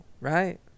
right